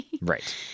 right